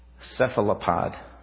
cephalopod